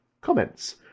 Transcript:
Comments